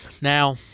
Now